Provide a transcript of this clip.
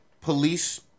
police